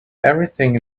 everything